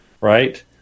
right